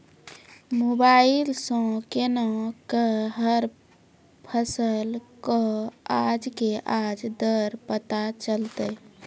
Mobile सऽ केना कऽ हर फसल कऽ आज के आज दर पता चलतै?